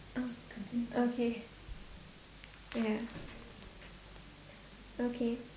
oh okay ya okay